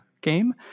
game